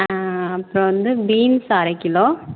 அப்புறோம் வந்து பீன்ஸ் அரை கிலோ